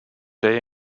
they